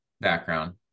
background